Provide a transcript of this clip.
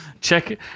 Check